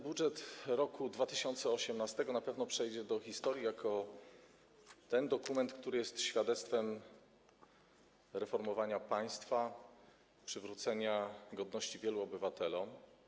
Budżet na rok 2018 na pewno przejdzie do historii jako dokument, który jest świadectwem reformowania państwa, przywrócenia godności wielu obywatelom.